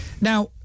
Now